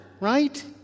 right